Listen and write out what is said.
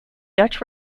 dutch